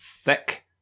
Thick